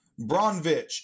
Bronvich